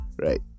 right